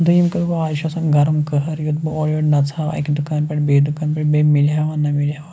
دوٚیِم کَتھ گوٚو آز چھِ آسان گرم کٔہٕر یُتھ بہٕ اورٕ یورٕ نَژٕہَو اَکہِ دُکان پٮ۪ٹھ بیٚیہِ دُکان پٮ۪ٹھ بیٚیہِ مِلہِ ہیوا نہ مِلہِ ہیوا